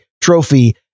trophy